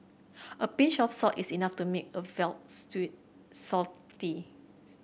a pinch of salt is enough to make a veal stew